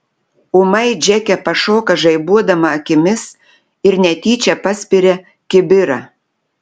ūmai džeke pašoka žaibuodama akimis ir netyčia paspiria kibirą